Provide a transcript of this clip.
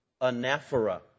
anaphora